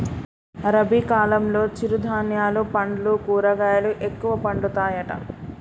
రబీ కాలంలో చిరు ధాన్యాలు పండ్లు కూరగాయలు ఎక్కువ పండుతాయట